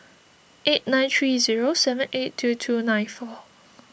eight nine three zero seven eight two two nine four